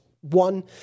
one